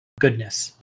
goodness